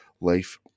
life